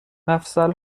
مفصل